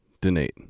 Donate